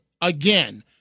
again